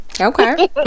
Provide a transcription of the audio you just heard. okay